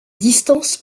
distance